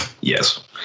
Yes